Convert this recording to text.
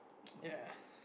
ya